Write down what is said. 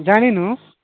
ଜାଣିନୁ